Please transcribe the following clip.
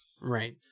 Right